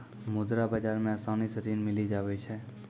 मुद्रा बाजार मे आसानी से ऋण मिली जावै छै